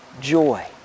joy